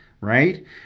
right